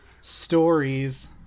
stories